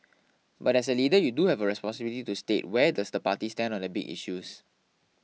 but as a leader you do have a responsibility to state where does the party stand on the big issues